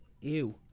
Ew